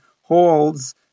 holds